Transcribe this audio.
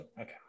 Okay